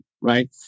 right